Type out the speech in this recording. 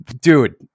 dude